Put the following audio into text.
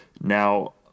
Now